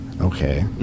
Okay